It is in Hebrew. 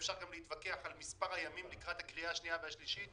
ואפשר גם להתווכח על מספר הימים לקראת הקריאה השנייה והשלישית.